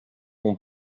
mon